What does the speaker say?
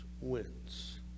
wins